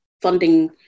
funding